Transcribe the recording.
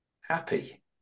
happy